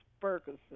Ferguson